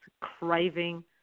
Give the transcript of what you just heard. craving